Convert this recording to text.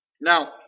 Now